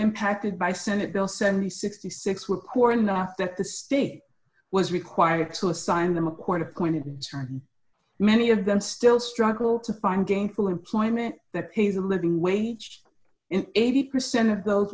impacted by senate bill seven thousand and sixty six were core enough that the state was required to assign them a court appointed attorney many of them still struggle to find gainful employment that pays a living wage in eighty percent of those